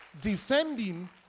defending